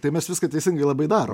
tai mes viską teisingai labai darom